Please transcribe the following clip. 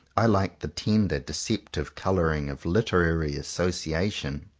i like the tender, deceptive colouring of literary association.